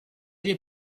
les